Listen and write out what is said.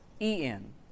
en